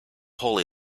holy